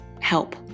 help